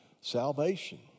Salvation